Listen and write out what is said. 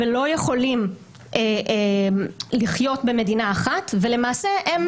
הם לא יכולים לחיות במדינה אחת ולמעשה אנחנו